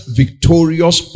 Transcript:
victorious